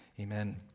Amen